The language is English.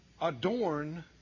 Adorn